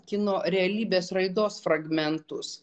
kino realybės raidos fragmentus